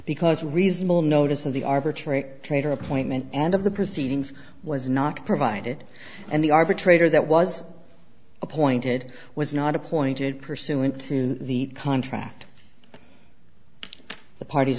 because reasonable notice of the arbitrary trader appointment and of the proceedings was not provided and the arbitrator that was appointed was not appointed pursuant to the contract the parties